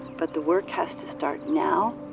but the work has to start now,